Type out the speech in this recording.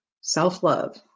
self-love